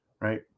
Right